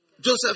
Joseph